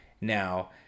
now